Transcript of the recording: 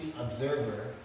observer